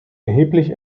erheblich